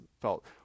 felt